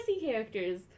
characters